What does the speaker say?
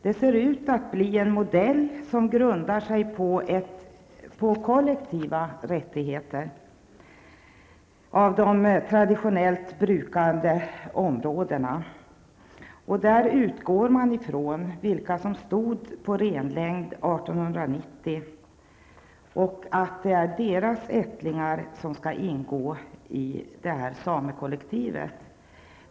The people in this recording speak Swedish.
Det ser ut att bli en modell som grundar sig på ett kollektivt ägande av de traditionellt brukade områdena. Man utgår ifrån vilka som stod på renlängd 1890. Det är deras ättlingar som skall ingå i samekollektivet.